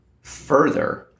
further